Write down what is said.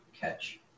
catch